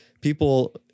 people